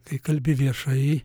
kai kalbi viešai